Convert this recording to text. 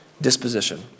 disposition